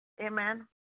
Amen